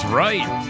right